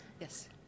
Yes